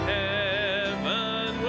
heaven